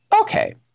Okay